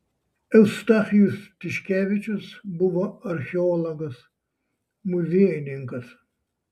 eustachijus tiškevičius buvo archeologas muziejininkas